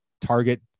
target